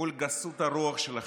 מול גסות הרוח שלכם,